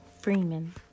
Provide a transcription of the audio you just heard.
Freeman